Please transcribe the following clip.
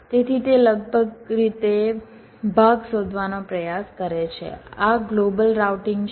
તેથી તે લગભગ રીતે ભાગ શોધવાનો પ્રયાસ કરે છે આ ગ્લોબલ રાઉટિંગ છે